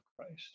Christ